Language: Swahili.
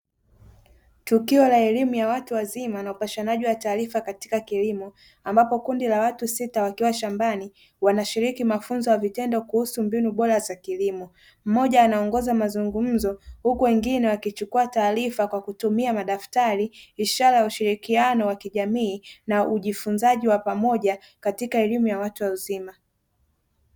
Tukio la elimu ya watu wazima na upashanaji wa taarifa katika kilimo, ambapo kundi la watu sita wakiwa shambani wanashiriki mafunzo ya vitendo kuhusu mbinu bora za kilimo. Mmoja anaongoza mazungumzo huku wengine wakichukua taarifa kwa kutumia madaftari ishara ya ushirikiano wa kijamii na ujifunzaji wa pamoja katika elimu ya watu wazima.